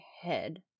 head